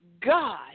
God